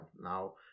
Now